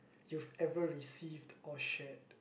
you've ever received or shared